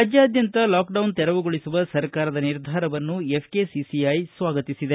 ರಾಜ್ಯದ್ಯಂತ lockdown ಶೆರವುಗೊಳಿಸುವ ಸರ್ಕಾರದ ನಿರ್ಧಾರವನ್ನು ಎಫ್ಕೆಸಿಸಿಐ ಸ್ವಾಗತಿಸಿದೆ